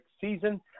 season